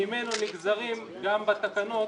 וממנו נגזרים גם בתקנות